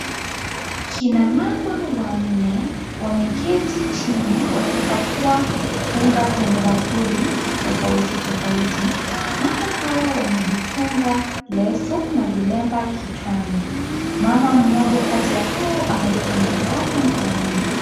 Kina mama wanne wameketi chini wakipakua unga kwenye kibakuli tofauti tofauti, mama hawa wamejifunga leso na vilemba kichwani mama mmoja kati ya hao amebeba mtoto wake mkononi.